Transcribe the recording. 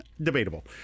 Debatable